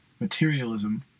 materialism